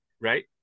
right